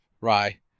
Rye